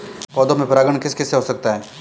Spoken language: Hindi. पौधों में परागण किस किससे हो सकता है?